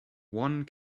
one